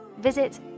Visit